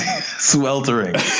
Sweltering